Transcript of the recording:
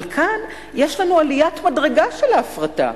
אבל כאן יש לנו עליית מדרגה של ההפרטה.